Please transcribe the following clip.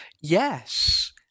Yes